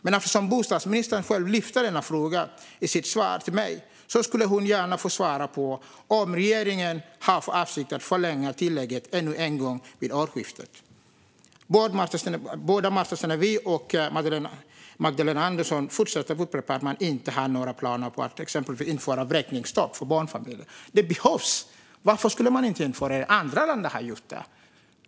Men eftersom bostadsministern själv lyfter upp denna fråga i sitt svar till mig får hon gärna svara på om regeringen har för avsikt att förlänga tillägget ännu en gång vid årsskiftet. Både Märta Stenevi och Magdalena Andersson fortsätter att upprepa att regeringen inte har några planer på att införa vräkningsstopp för barnfamiljer. Men det behövs. Varför ska man inte införa det? Andra länder har ju gjort det.